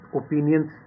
opinions